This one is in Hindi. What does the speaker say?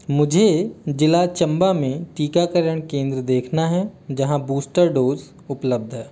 मुझे जिला चम्बा मे टीकाकरण केंद्र देखना है जहाँ बूस्टर डोज उपलब्ध है